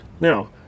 Now